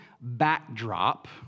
backdrop